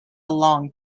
long